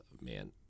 Man